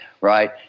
right